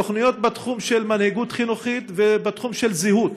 תוכניות בתחום של מנהיגות חינוכית ובתחום של זהות.